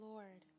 Lord